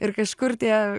ir kažkur tie